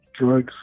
drugs